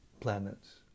planets